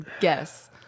guess